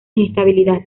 inestabilidad